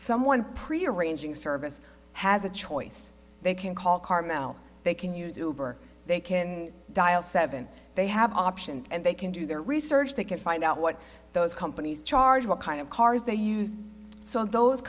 someone prearrange ing service has a choice they can call carmel they can use it they can dial seven they have options and they can do their research they can find out what those companies charge what kind of cars they use so those